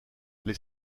les